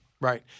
Right